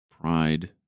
pride